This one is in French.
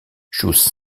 chose